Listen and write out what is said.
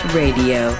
radio